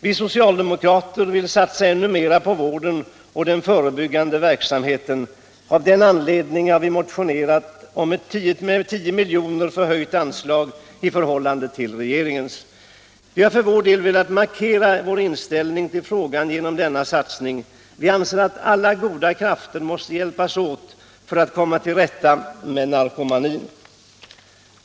Vi socialdemokrater vill satsa ännu mer på vården och den förebyggande verksamheten. Av den anledningen har vi motionerat om ett med 10 miljoner höjt anslag i förhållande till regeringsförslaget. Vi har för vår del velat markera vår inställning till frågan genom denna satsning. Vi anser att alla goda krafter måste hjälpas åt för att komma till rätta med narkomanin.